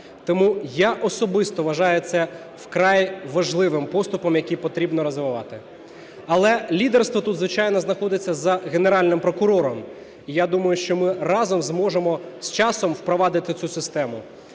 Тому я особисто вважаю це вкрай важливим поступом, який потрібно розвивати. Але лідерство тут, звичайно, знаходиться за Генеральним прокурором. Я думаю, що ми разом зможемо з часом впровадити цю систему.